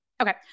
Okay